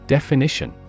Definition